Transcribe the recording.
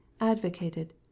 advocated